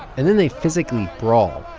and then they physically brawl,